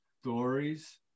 stories